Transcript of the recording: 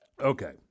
Okay